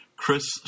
Chris